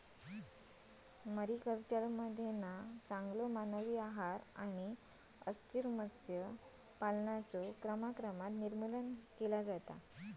मरीकल्चरमध्ये चांगलो मानवी आहार आणि अस्थिर मत्स्य पालनाचा क्रमाक्रमान निर्मूलन होता